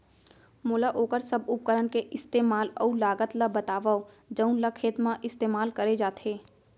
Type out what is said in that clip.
मोला वोकर सब उपकरण के इस्तेमाल अऊ लागत ल बतावव जउन ल खेत म इस्तेमाल करे जाथे?